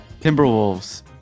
Timberwolves